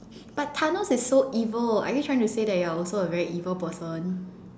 but thanos is so evil are you trying to say that you're also a very evil person